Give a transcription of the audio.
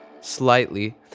slightly